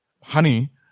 honey